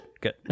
good